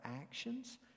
actions